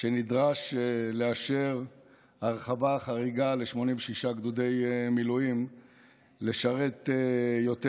שנדרש לאשר הרחבה חריגה ל-86 גדודי מילואים לשרת יותר.